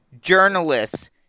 journalists